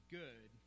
good